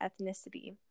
ethnicity